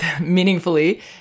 meaningfully